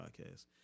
podcast